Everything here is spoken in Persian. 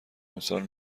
امسال